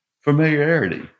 familiarity